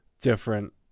different